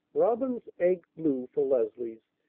robin's-egg blue for leslie's,